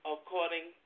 According